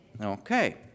Okay